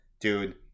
Dude